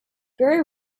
very